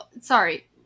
sorry